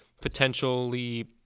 potentially